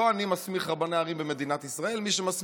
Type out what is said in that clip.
לא אני מסמיך רבני ערים במדינת ישראל,